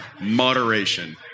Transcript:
moderation